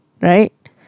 right